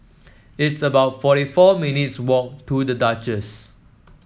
it's about forty four minutes' walk to The Duchess